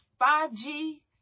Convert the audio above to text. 5G